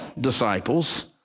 disciples